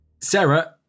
Sarah